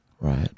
Right